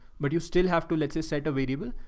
but you still have to, let's just set a variable,